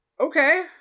okay